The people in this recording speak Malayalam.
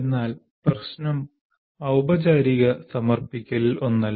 എന്നാൽ പ്രശ്നം ഔപചാരിക സമർപ്പിക്കലിൽ ഒന്നല്ല